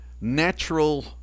natural